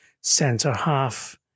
centre-half